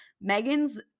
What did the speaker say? Megan's